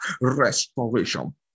Restoration